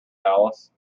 alice